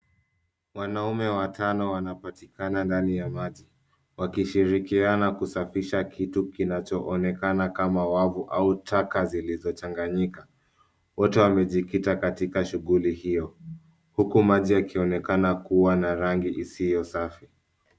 Wanaume watano wanapatikana ndani ya maji, wakishirikiana kusafisha kitu kinachoonekana kama wavu au taka zilizochanganyika. Wote wamejikita katika shughuli hiyo, huku maji yakionekana kuwa na rangi isio safi.